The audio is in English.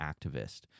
activist